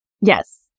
Yes